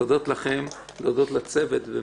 להודות לצוות,